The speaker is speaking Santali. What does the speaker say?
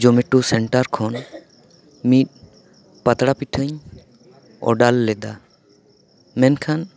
ᱡᱩᱢᱮᱴᱳ ᱥᱮᱱᱴᱟᱨ ᱠᱷᱚᱱ ᱢᱤᱫ ᱯᱟᱛᱲᱟ ᱯᱤᱴᱟᱹᱧ ᱚᱰᱟᱨ ᱞᱮᱫᱟ ᱢᱮᱱᱠᱷᱟᱱ